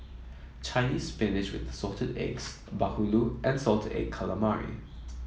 Chinese Spinach with Assorted Eggs bahulu and Salted Egg Calamari